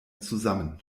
zusammen